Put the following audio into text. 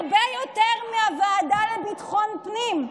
הרבה יותר מהוועדה לביטחון פנים,